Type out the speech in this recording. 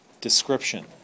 description